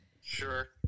Sure